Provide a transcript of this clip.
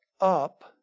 up